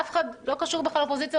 אף אחד לא קשור בכלל אופוזיציה,